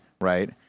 right